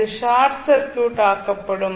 இது short circuit ஆக்கப்படும்